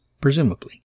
presumably